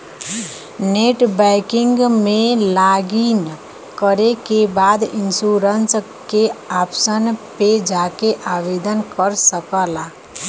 net banking में login करे के बाद इन्शुरन्स के ऑप्शन पे जाके आवेदन कर सकला